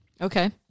Okay